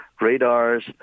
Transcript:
radars